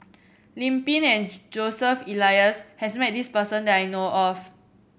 Lim Pin and Joseph Elias has met this person that I know of